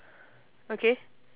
okay